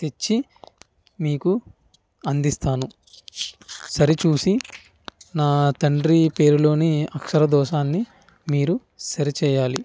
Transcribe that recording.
తెచ్చి మీకు అందిస్తాను సరిచూసి నా తండ్రి పేరులోని అక్షర దోషాన్ని మీరు సరిచేయాలి